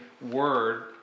word